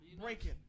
Breaking